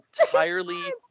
entirely